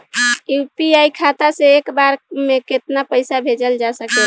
UPI खाता से एक बार म केतना पईसा भेजल जा सकेला?